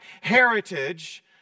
heritage